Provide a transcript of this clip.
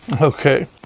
Okay